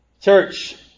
Church